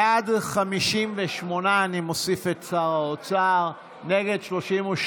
בעד, 58, ואני מוסיף את שר האוצר, נגד, 32,